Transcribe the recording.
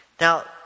Now